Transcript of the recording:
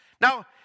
Now